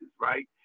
Right